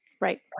Right